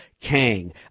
Kang